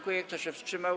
Kto się wstrzymał?